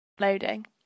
Loading